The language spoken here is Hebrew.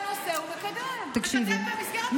תקשיבי,